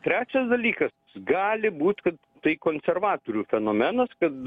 trečias dalykas gali būt kad tai konservatorių fenomenas kad